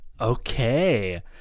Okay